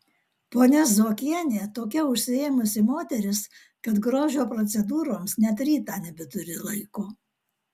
ponia zuokienė tokia užsiėmusi moteris kad grožio procedūroms net rytą nebeturi laiko